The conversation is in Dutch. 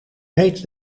heet